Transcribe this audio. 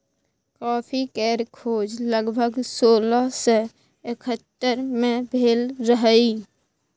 coffee केर खोज लगभग सोलह सय एकहत्तर मे भेल रहई